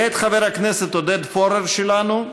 ואת חבר הכנסת עודד פורר שלנו,